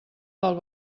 del